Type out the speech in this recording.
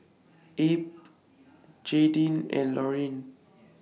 Abe Jaydin and Lorine